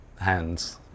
hands